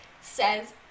says